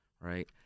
right